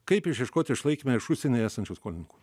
kaip išieškoti išlaikymą iš užsienyje esančių skolininkų